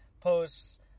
posts